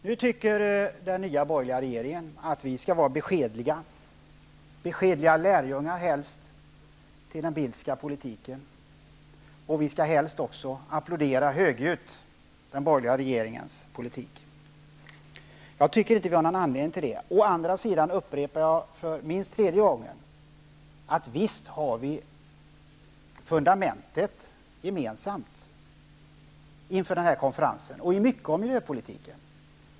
Nu anser den nya borgerliga regeringen att vi helst skall vara beskedliga lärjungar till den Bildtska politiken. Vi skall helst även högljutt applådera den borgerliga regeringens politik. Jag tycker inte att vi har någon anledning till det. Å andra sidan upprepar jag för minst tredje gången att vi visst har fundamentet gemensamt inför denna konferens och i mycket av miljöpolitiken.